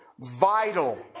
vital